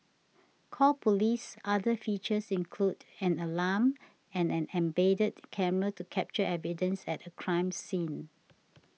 call Police's other features include an alarm and an embedded camera to capture evidence at a crime scene